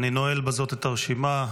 אני נועל בזאת את הרשימה.